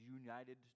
united